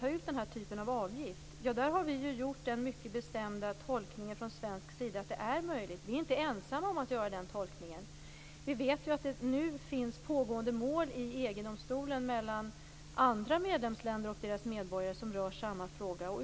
tar ut denna typ av avgift. Vi har gjort den mycket bestämda tolkningen från svensk sida att det är möjligt. Vi är inte ensamma om att göra den tolkningen. Vi vet att det nu pågår mål i EG domstolen mellan andra medlemsländer och deras medborgare som rör samma fråga.